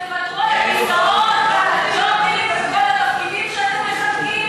אתם תוותרו על הג'ובים ועל הכיסאות ועל כל התפקידים שלכם,